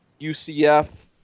UCF